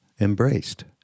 embraced